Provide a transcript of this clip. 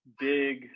big